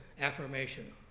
affirmation